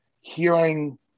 hearing